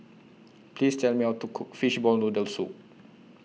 Please Tell Me How to Cook Fishball Noodle Soup